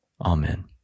Amen